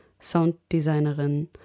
Sounddesignerin